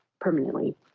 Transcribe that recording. permanently